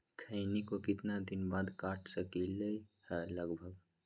खैनी को कितना दिन बाद काट सकलिये है लगभग?